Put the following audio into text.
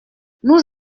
nous